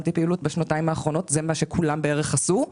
פעילות בשנתיים האחרונות וזה מה שכולם עשו.